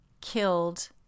killed